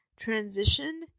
transition